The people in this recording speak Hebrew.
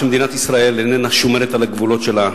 שמדינת ישראל איננה שומרת על הגבולות שלה.